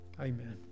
Amen